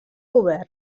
govern